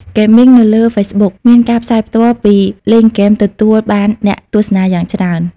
ហ្គេមមីង នៅលើ ហ្វេសបុក មានការផ្សាយផ្ទាល់ពីលេងហ្គេមទទួលបានអ្នកទស្សនាយ៉ាងច្រើន។